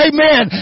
Amen